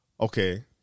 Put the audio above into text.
okay